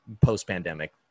post-pandemic